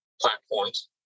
platforms